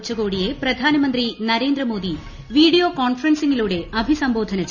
ഉച്ചകോടിയെ പ്രധാനമന്ത്രി നരേന്ദ്രമോദി വീഡിയോ കോൺഫറൻസിംഗിലൂടെ അഭിസംബോധന ചെയ്യും